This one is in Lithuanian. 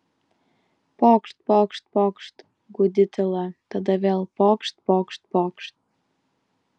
pokšt pokšt pokšt gūdi tyla tada vėl pokšt pokšt pokšt